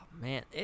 Man